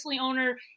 owner